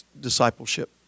discipleship